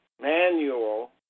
manual